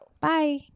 Bye